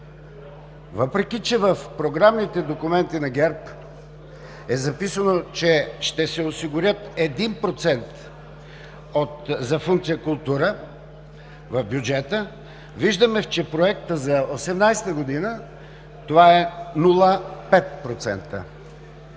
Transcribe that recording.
Въпреки, че в програмните документи на ГЕРБ е записано, че ще се осигурят 1% за функция „Култура“ в бюджета, виждаме, че в Проекта за 2018 г. това е 0,5%.